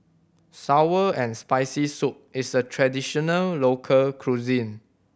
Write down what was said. sour and Spicy Soup is a traditional local cuisine